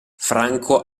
franco